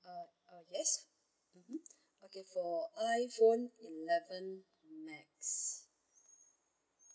uh mm yes mmhmm okay for iPhone eleven max